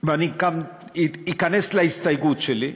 ואני כאן אכנס להסתייגות שלי,